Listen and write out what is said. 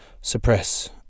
suppress